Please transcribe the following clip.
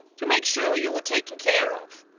to make sure you were taken care of.